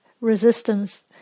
resistance